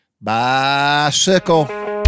bicycle